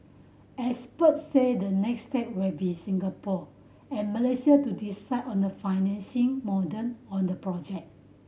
experts said the next step will be Singapore and Malaysia to decide on the financing modern on the project